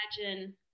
imagine